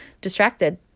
distracted